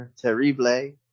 Terrible